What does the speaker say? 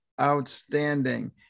outstanding